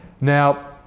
Now